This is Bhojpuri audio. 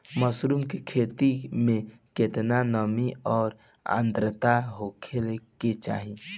मशरूम की खेती में केतना नमी और आद्रता होखे के चाही?